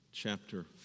Chapter